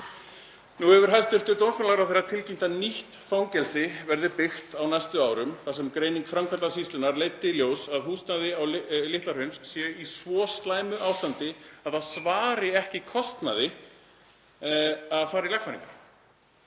Nú hefur hæstv. dómsmálaráðherra tilkynnt að nýtt fangelsi verði byggt á næstu árum þar sem greining Framkvæmdasýslunnar leiddi í ljós að húsnæði Litla-Hrauns sé í svo slæmu ástandi að það svari ekki kostnaði að fara í lagfæringar.